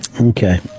Okay